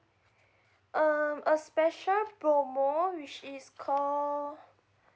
um a special promo which is call